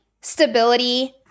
stability